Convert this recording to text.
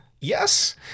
Yes